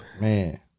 man